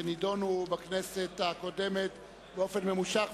שנדונו בכנסת הקודמת באופן ממושך,